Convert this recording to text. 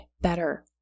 better